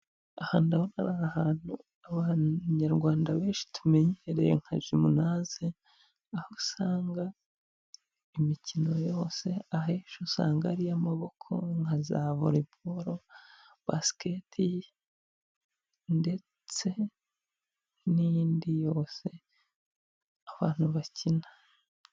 Aha ndabona ari ahantu abanyarwanda benshi tumenyereye nka jumunaze, aho usanga imikino yose ahenshi usanga ari iy'amaboko nka za volebolo, basiketi ndetse n'iyindi yose abantu bakina.